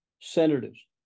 senators